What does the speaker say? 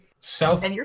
South